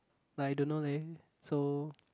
like I don't know leh so